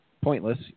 pointless